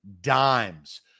dimes